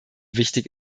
wichtig